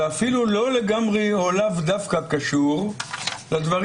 ואפילו לא לגמרי או לאו דווקא קשור לדברים